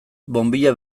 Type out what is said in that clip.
bonbilla